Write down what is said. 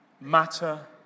matter